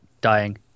dying